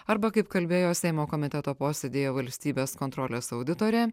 arba kaip kalbėjo seimo komiteto posėdyje valstybės kontrolės auditorė